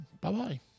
Bye-bye